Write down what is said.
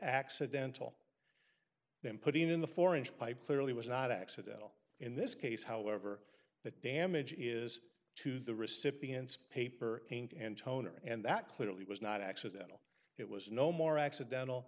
accidental then putting in the four inch pipe clearly was not accidental in this case however that damage is to the recipients paper paint and toner and that clearly was not accidental it was no more accidental